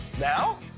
now?